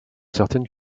certaines